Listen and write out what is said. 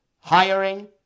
hiring